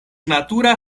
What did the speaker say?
natura